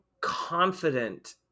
confident